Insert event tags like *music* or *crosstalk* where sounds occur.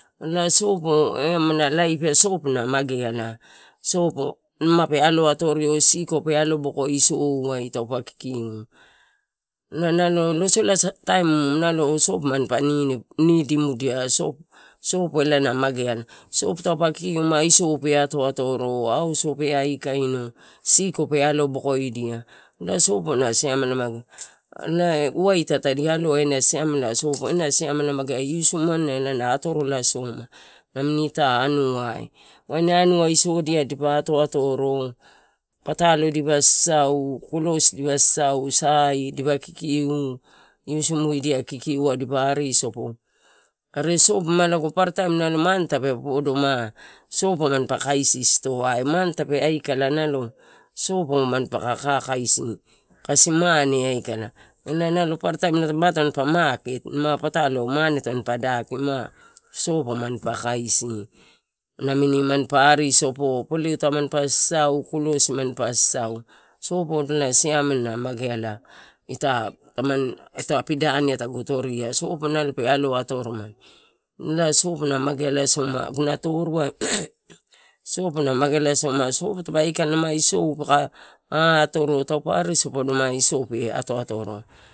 Na sopo eh amana laip ia na mageana, sopo pe alo atorio sikope alobo isouai taupa kikiu elae nalo losolataim na lo sopo pani nidimdia, sopo elae magea la, sopo taupa kikiu ma isope atoatoro auso pe akaino, siko pe alobokoida, elae sopo na siamela magea, ela waita tadi aloa ena siamela sopo ela na simela magea lusimuani elae na atorola soma, namini. Ita anuai, waini anua isodia dipa ato atoro, patolo dipa sasau, kiosi dipa sasau sai dipa kikiu, iusimudia kikiuai dipa arisopo are sopo ma paparataim mane, tade podo ma sopo mampaka kakaisi, kasi mane aikala. Elae nalo paparataim tampa maket, mane tampa daki, sopo nalo pe aloaatoromani elae sopo na mageala soma aguna toruai *noise* sopo na mageala soma, sopo sopotape aikala ma isou peka atoro, taupa arisopo numa isou pe atoatoro.